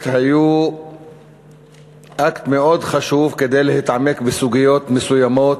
היו אקט מאוד חשוב כדי להתעמק בסוגיות מסוימות.